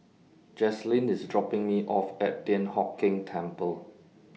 Jazlynn IS dropping Me off At Thian Hock Keng Temple